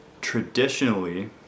traditionally